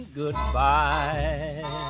goodbye